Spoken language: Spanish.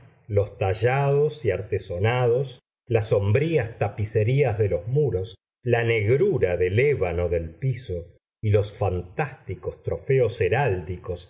los tallados y artesonados las sombrías tapicerías de los muros la negrura de ébano del piso y los fantásticos trofeos heráldicos